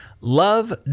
Love